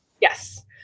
Yes